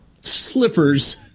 Slippers